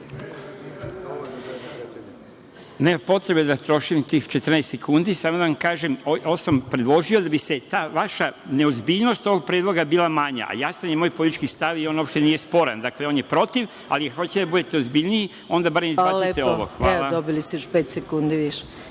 Nema potrebe da trošim tih 14 sekundi, samo da vam kažem, ovo sam predložio da bi se ta vaša neozbiljnost ovog vašeg predloga bila manja, a jasan je moj politički stav i on uopšte nije sporan. Dakle, on je protiv, ali ako hoćete da budete ozbiljniji, onda makar izbacite ovo. **Maja Gojković** Na član 3.